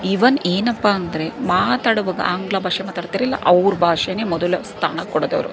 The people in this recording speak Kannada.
ಈವನ್ ಏನಪ್ಪ ಅಂದರೆ ಮಾತಾಡುವಾಗ ಆಂಗ್ಲ ಭಾಷೆ ಮಾತಾಡ್ತೀರಲ್ಲ ಅವರ ಭಾಷೆನೇ ಮೊದಲ ಸ್ಥಾನ ಕೊಡೋದು ಅವರು